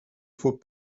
faut